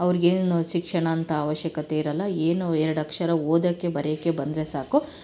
ಅವ್ರ್ಗೆ ಏನು ಶಿಕ್ಷಣ ಅಂಥ ಅವಶ್ಯಕತೆ ಇರೋಲ್ಲ ಏನೋ ಎರಡಕ್ಷರ ಓದೋಕ್ಕೆ ಬರೆಯಕ್ಕೆ ಬಂದರೆ ಸಾಕು